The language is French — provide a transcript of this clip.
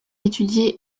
étudié